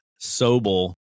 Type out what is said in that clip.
Sobel